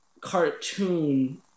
cartoon